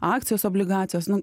akcijos obligacijos nu